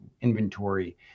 inventory